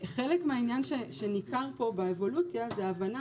חלק מהעניין שניכר פה באבולוציה הוא ההבנה